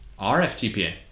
RFTPA